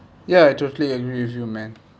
ya I totally agree with you man